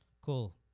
Cool